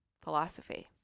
philosophy